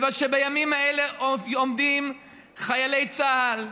ובימים האלה עומדים חיילי צה"ל,